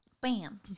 Bam